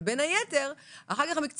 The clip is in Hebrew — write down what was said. אבל בין היתר כי הם אומרים שאחר כך המקצועות